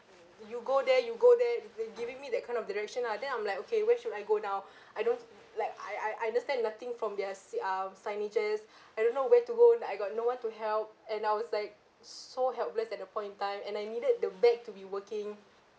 you go there you go there they're giving me that kind of direction lah then I'm like okay where should I go now I don't like I I I understand nothing from their si~ ah signages I don't know where to go and I got no one to help and I was like so helpless at the point in time and I needed the bag to be working